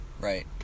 right